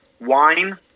Wine